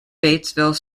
batesville